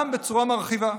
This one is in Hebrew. גם בצורה מרחיבה.